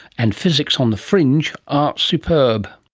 and physics on the fringe, are superb